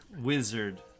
Wizard